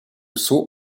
saut